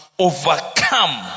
Overcome